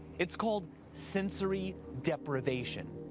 it's called sensory deprivation.